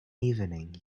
evening